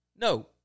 No